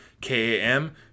K-A-M